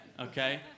Okay